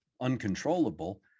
uncontrollable